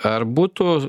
ar būtų